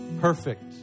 perfect